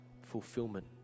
fulfillment